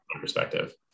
perspective